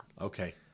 Okay